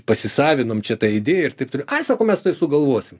pasisavinom čia tą idėją ir taip toliau ai sako mes tuoj sugalvosim